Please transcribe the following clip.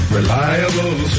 Reliable